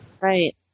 Right